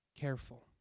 careful